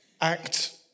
act